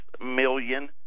million